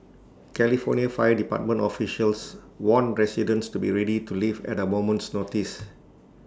California fire department officials warned residents to be ready to leave at A moment's notice